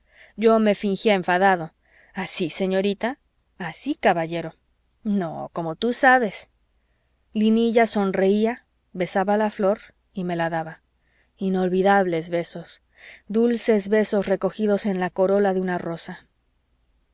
yo me fingía enfadado así señorita así caballero no como tú sabes linilla sonreía besaba la flor y me la daba inolvidables besos dulces besos recogidos en la corola de una rosa